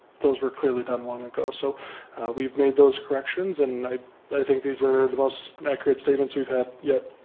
those were clearly done long ago. so we've made those corrections and i think these are the most accurate statements we've had yet.